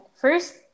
first